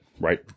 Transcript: right